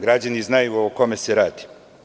Građani znaju o kome se radi.